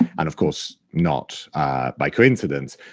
and, of course, not by coincidence,